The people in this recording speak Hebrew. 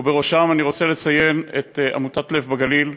ובראשם אני רוצה לציין את עמותת "לב בגליל",